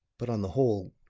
but, on the whole,